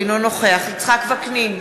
אינו נוכח יצחק וקנין,